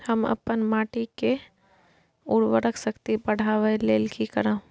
हम अपन माटी के उर्वरक शक्ति बढाबै लेल की करब?